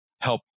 help